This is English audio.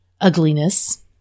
ugliness